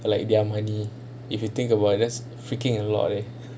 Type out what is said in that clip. like their money if you think about that's freaking a lot eh